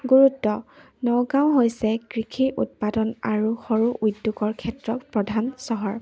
গুৰুত্ব নগাঁও হৈছে কৃষি উৎপাদন আৰু সৰু উদ্যোগৰ ক্ষেত্ৰত প্ৰধান চহৰ